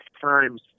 times